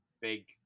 big